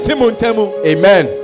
Amen